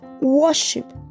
worship